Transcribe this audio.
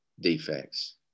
defects